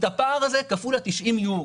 את הפער הזה כפול 90 יורו.